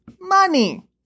Money